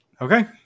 Okay